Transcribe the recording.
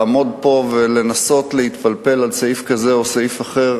לעמוד פה ולנסות להתפלפל על סעיף כזה או סעיף אחר,